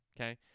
Okay